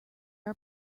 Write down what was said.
are